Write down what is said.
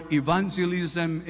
evangelism